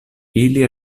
ili